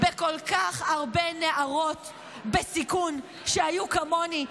בכל כך הרבה נערות בסיכון שהיו כמוני,